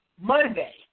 Monday